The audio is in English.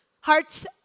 hearts